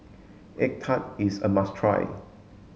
egg tart is a must try